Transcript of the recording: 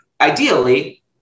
ideally